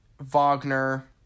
Wagner